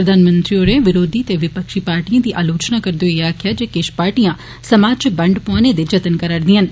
प्रधानमंत्री होरें विरोधी ते विपक्षी पार्टिएं दी आलोचना करदे होई आक्खेआ जे किश समाज इच बंड पौआने दे जत्न करा र दियां न